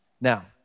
Now